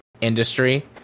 industry